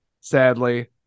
sadly